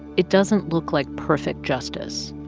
it doesn't look like perfect justice.